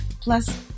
plus